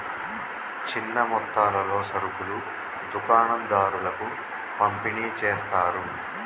చిన్న మొత్తాలలో సరుకులు దుకాణం దారులకు పంపిణి చేస్తారు